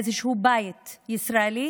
באיזשהו בית ישראלי,